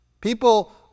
People